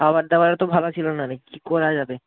খাবার দাবারও তো ভালো ছিল না না কী করা যাবে